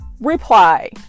reply